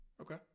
okay